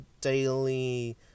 daily